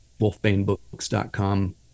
wolfbanebooks.com